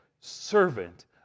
servant